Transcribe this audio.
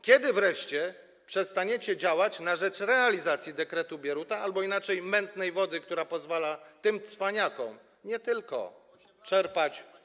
Kiedy wreszcie przestaniecie działać na rzecz realizacji dekretu Bieruta, albo inaczej: mętnej wody, która pozwala tym cwaniakom nie tylko czerpać.